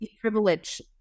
privilege